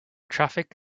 traffic